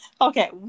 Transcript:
Okay